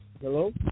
Hello